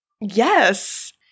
Yes